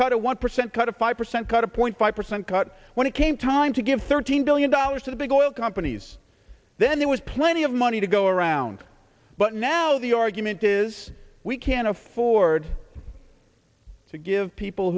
cut a one percent cut a five percent cut a point five percent cut when it came time to give thirteen billion dollars to big oil companies then there was plenty of money to go around but now the argument is we can't afford to give people